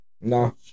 No